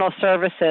services